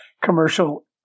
commercial